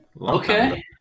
Okay